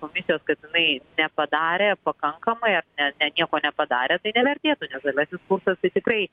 komisijos kad inai nepadarė pakankamai ar ne ne nieko nepadarė tai nevertėtų nes žaliasis kursas tai tikrai